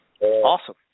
Awesome